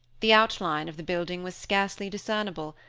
the outline of the building was scarcely discernible,